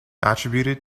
attributed